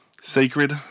Sacred